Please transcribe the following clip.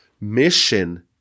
mission